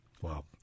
Wow